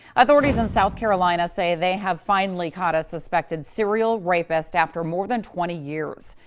authorities in south carolina say they have finally caught a suspected serial rapist after more than twenty years.